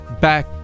back